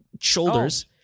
shoulders